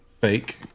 fake